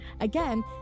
Again